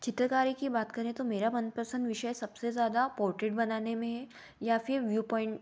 चित्रकारी के बात करें तो मेरा मनपसंद विषय सबसे ज़्यादा पोर्ट्रेट बनाने में है या फिर व्यू पॉइंट